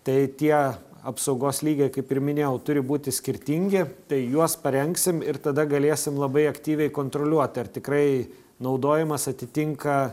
tai tie apsaugos lygiai kaip ir minėjau turi būti skirtingi tai juos parengsim ir tada galėsime labai aktyviai kontroliuoti ar tikrai naudojimas atitinka